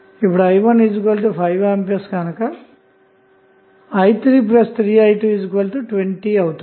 ఇప్పుడు i15A గనక i33i220 అవుతుంది